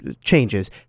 changes